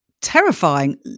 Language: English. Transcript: terrifying